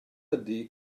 ydy